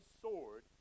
sword